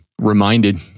reminded